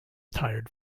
tired